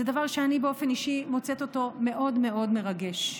זה דבר שאני באופן אישי מוצאת אותו מאוד מאוד מרגש.